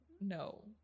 no